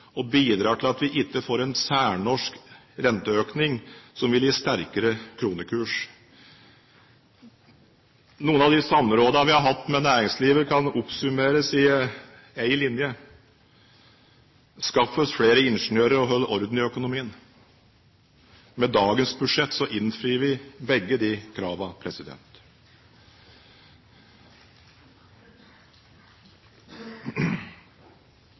til at vi ikke får en særnorsk renteøkning som vil gi sterkere kronekurs. Noen av de samrådene vi har hatt med næringslivet, kan oppsummeres i én linje: Skaff oss flere ingeniører og hold orden i økonomien. Med dagens budsjett innfrir vi begge